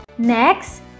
Next